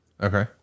Okay